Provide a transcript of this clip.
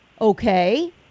Okay